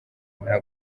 nta